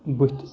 بٕتھِ